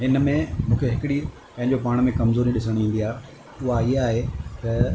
हिन में मूंखे हिकिड़ी पंहिंजो पाण में कमज़ोरी ॾिसण में ईंदी आहे उहा इहा आहे त